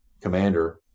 commander